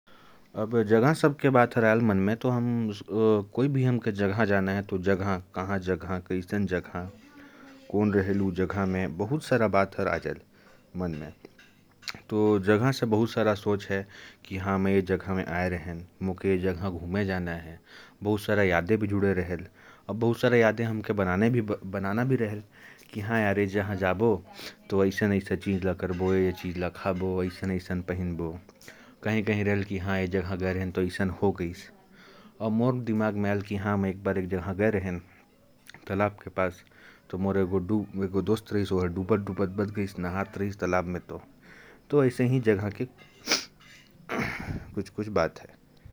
जगह शब्द की बात आए तो, मन में बहुत सारी बातें आती हैं। जैसे,"ये जगह जाऊँगा।" जगह जाने से बहुत सारी यादें बनती हैं, और याद भी आती हैं कि "ये जगह तो गए थे।" जैसे, मुझे याद है कि हम सब दोस्त तालाब के किनारे गए थे, और एक दोस्त डूबते-डूबते बचा था। तो, यही सब बातें याद आ गईं।